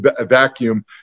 vacuum